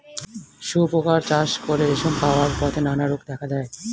শুঁয়োপোকা চাষ করে রেশম পাওয়ার পথে নানা রোগ দেখা দেয়